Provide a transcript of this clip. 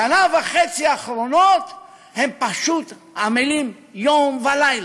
בשנה וחצי האחרונות הם פשוט עמלים יום לילה,